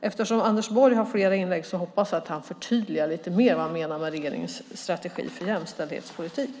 Eftersom Anders Borg har flera inlägg hoppas jag att han förtydligar lite mer vad han menar med regeringens strategi för jämställdhetspolitik.